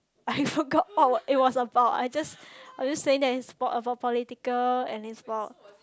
I forgot all it was about I just I just saying that it's about a poli~ political and it's about